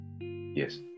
Yes